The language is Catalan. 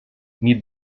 nit